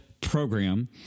program